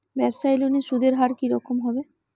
ব্যবসায়ী লোনে সুদের হার কি রকম হবে?